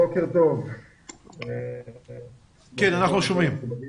אנחנו שומעים.